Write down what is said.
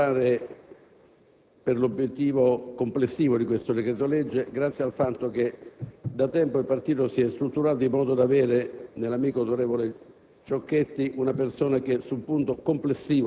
UDC abbiamo potuto lavorare per l'obiettivo complessivo di questo decreto-legge, grazie al fatto che, da tempo, il partito si è strutturato in modo da avere, nell'amico onorevole